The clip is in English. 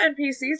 NPCs